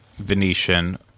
Venetian